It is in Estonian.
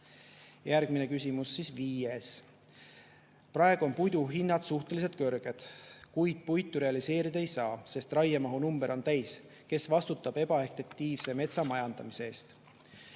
järgmine küsimus, viies: "Praegu on puidu hinnad suhteliselt kõrged, kuid puitu realiseerida ei saa, sest raiemahu number on täis. Kes vastutab ebaefektiivse metsa majandamise eest?"